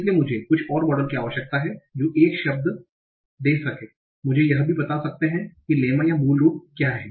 इसलिए मुझे कुछ और मॉडल की आवश्यकता है जो एक शब्द दे सकें मुझे यह भी बता सकते हैं कि लेम्मा या मूल रूप क्या है